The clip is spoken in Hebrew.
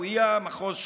בא-סאוויה, מחוז שכם,